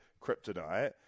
kryptonite